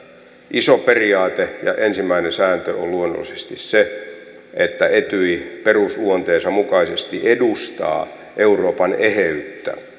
iso periaate ja ensimmäinen sääntö on luonnollisesti se että etyj perusluonteensa mukaisesti edustaa euroopan eheyttä